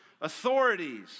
authorities